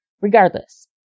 Regardless